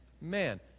Man